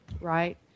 right